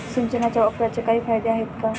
सिंचनाच्या वापराचे काही फायदे आहेत का?